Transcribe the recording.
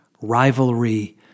rivalry